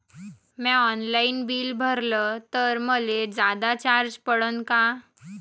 म्या online bill भरलं तर मले जादा चार्ज पडन का?